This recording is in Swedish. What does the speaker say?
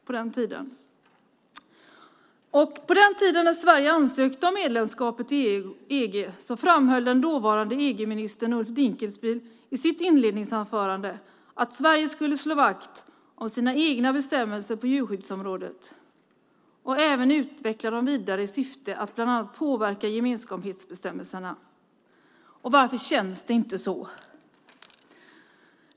På den tiden, när Sverige ansökte om medlemskap i EG, framhöll den dåvarande EG-ministern Ulf Dinkelspiel i sitt inledningsanförande att Sverige skulle slå vakt om sina egna bestämmelser på djurskyddsområdet och även utveckla dem vidare i syfte att bland annat påverka gemenskapsbestämmelserna. Varför känns det inte så?